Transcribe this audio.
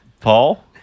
Paul